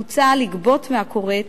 מוצע לגבות מהכורת